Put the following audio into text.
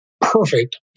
perfect